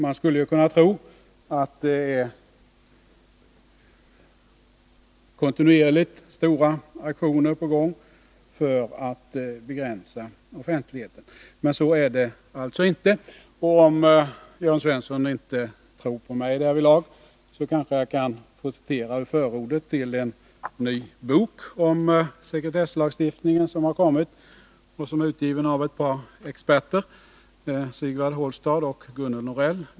Man skulle kunna tro att det kontinuerligt är stora aktioner på gång för att begränsa offentligheten, men så är alltså inte fallet. Om Jörn Svensson därvidlag inte tror på mig, kanske jag kan få citera ur förordet till en ny bok om sekretesslagstiftningen som är skriven av ett par experter, Sigvard Holstad och Gunnel Norell.